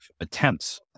attempts